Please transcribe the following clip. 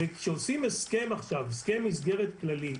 כשעושים עכשיו הסכם מסגרת כללי,